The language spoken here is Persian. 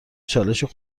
چالشی